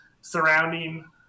surrounding